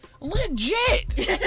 Legit